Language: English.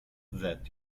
that